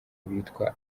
bitwa